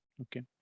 Okay